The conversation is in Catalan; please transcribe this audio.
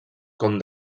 com